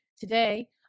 Today